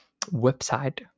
website